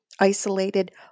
isolated